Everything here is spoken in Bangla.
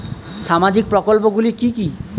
সামাজিক প্রকল্পগুলি কি কি?